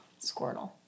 Squirtle